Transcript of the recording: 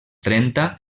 trenta